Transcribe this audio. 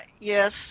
Yes